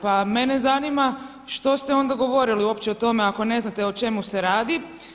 Pa mene zanima što ste onda govorili uopće o tome ako ne znate o čemu se radi?